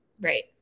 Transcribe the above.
Right